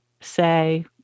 say